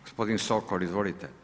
Gospodin Sokol, izvolite.